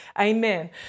Amen